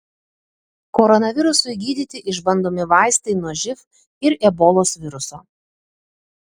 koronavirusui gydyti išbandomi vaistai nuo živ ir ebolos viruso